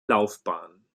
laufbahn